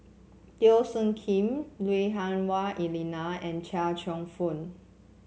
Teo Soon Kim Lui Hah Wah Elena and Chia Cheong Fook